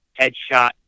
headshot